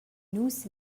nus